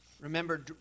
Remember